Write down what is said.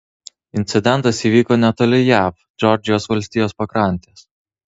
incidentas įvyko netoli jav džordžijos valstijos pakrantės